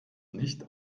nicht